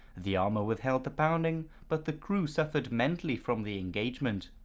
the armour withheld the pounding, but the crew suffered mentally from the engagement.